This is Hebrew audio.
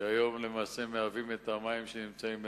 שהיום למעשה מהווים את המים שנמצאים בנחל-אלכסנדר.